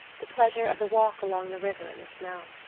the pleasure of the walk along the river in the snow.